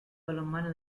balonmano